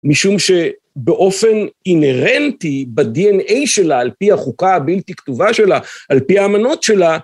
משום שבאופן אינהרנטי, בד.נ.א. שלה, על פי החוקה הבלתי כתובה שלה, על פי האמנות שלה